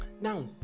now